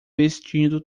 vestindo